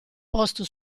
posto